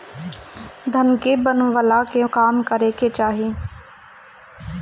धन के बनवला के काम करे के चाही